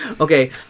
Okay